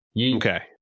Okay